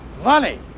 Money